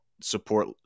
support